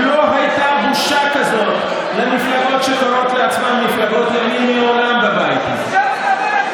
מעולם לא הייתה בושה כזאת למפלגות שקוראות לעצמן מפלגות ימין בבית הזה.